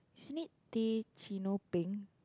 isn't it teh cino peng